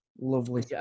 Lovely